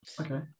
Okay